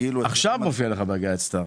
עכשיו מופיע לך ב-גייד סטאר.